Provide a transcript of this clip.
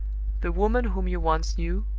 the woman whom you once knew,